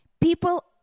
people